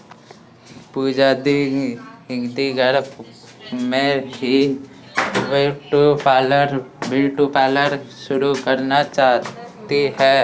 पूजा दी घर में ही ब्यूटी पार्लर शुरू करना चाहती है